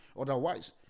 otherwise